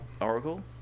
Oracle